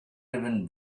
even